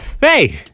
hey